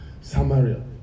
Samaria